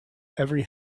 every